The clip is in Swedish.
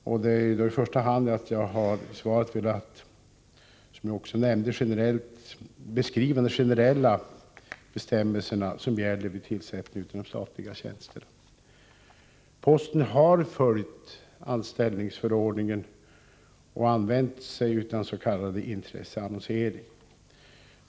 Jag har i svaret i första hand velat, som jag också nämnde, beskriva de generella bestämmelser som gäller vid tillsättning av statliga tjänster. Posten har följt anställningsförordningen och använt sig av s.k. intresseannonsering.